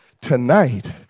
tonight